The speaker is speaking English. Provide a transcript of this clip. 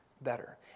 better